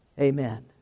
Amen